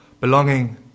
belonging